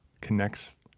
connects